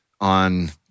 on